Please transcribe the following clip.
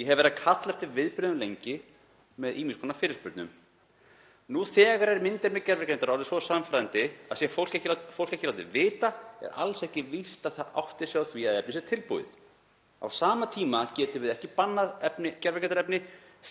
Ég hef lengi verið að kalla eftir viðbrögðum með ýmiss konar fyrirspurnum. Nú þegar er myndefni gervigreindar orðið svo sannfærandi að sé fólk ekki látið vita er alls ekki víst að það átti sig á því að efnið sé tilbúið. Á sama tíma getum við ekki bannað gervigreindarefni.